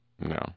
No